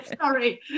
Sorry